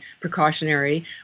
precautionary